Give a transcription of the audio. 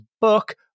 book